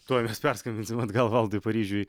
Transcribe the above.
tuoj perskambinsim atgal valdui paryžiuj